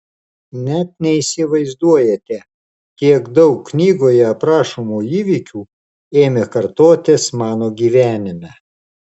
net neįsivaizduojate kiek daug knygoje aprašomų įvykių ėmė kartotis mano gyvenime